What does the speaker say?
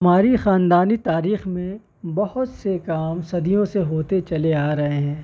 ہماری خاندانی تاریخ میں بہت سے کام صدیوں سے ہوتے چلے آرہے ہیں